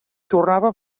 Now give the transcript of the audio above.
tornàvem